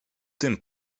tym